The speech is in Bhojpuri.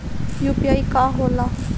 यू.पी.आई का होला?